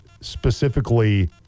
specifically